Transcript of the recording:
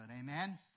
amen